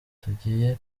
tugiye